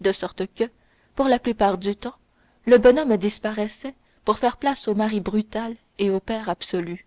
de sorte que pour la plupart du temps le bonhomme disparaissait pour faire place au mari brutal et au père absolu